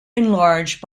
enlarged